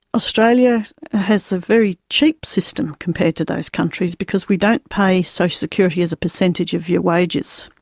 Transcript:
australia has a very cheap system compared to those countries because we don't pay social security as a percentage of your wages,